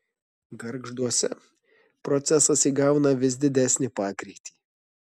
gargžduose procesas įgauna vis didesnį pagreitį